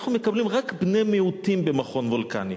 אנחנו מקבלים רק בני מיעוטים, במכון וולקני.